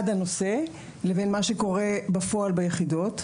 לבין מה שקורה בפועל ביחידות.